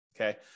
okay